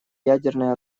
ядерное